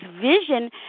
vision